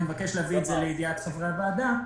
אני מבקש להביא את זה לידיעת חברי הוועדה,